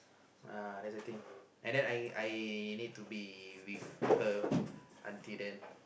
uh that's the thing and then I I I need to be with her until then